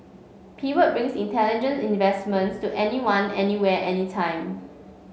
pivot brings intelligent investments to anyone anywhere anytime